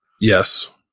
Yes